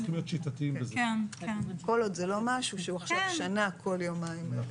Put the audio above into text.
כל עוד זה לא משהו שעכשיו הוא שנה כל יומיים.